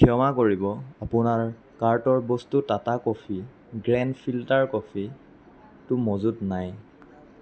ক্ষমা কৰিব আপোনাৰ কাৰ্টৰ বস্তু টাটা কফি গ্ৰেণ্ড ফিল্টাৰ কফিটো মজুত নাই